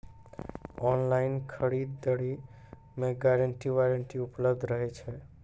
Online खरीद दरी मे गारंटी वारंटी उपलब्ध रहे छै?